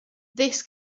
this